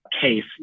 case